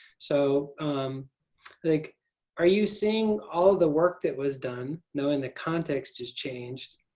so like are you seeing all the work that was done knowing the context has changed.